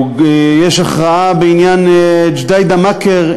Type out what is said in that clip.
יש הכרעה בעניין ג'דיידה-מכר,